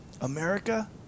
America